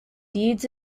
deeds